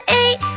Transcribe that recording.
eight